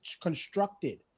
constructed